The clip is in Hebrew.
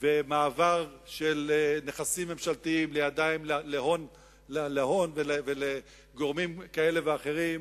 ומעבר של נכסים ממשלתיים להון ולגורמים כאלה ואחרים.